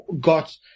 got –